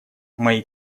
мои